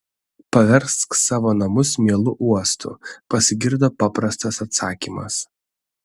paversk savo namus mielu uostu pasigirdo paprastas atsakymas